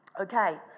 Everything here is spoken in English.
Okay